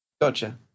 Gotcha